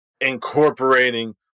incorporating